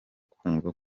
kumva